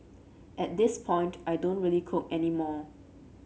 at this point I don't really cook any more